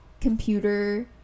computer